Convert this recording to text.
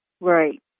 Right